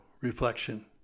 reflection